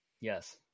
Yes